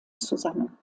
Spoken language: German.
zusammen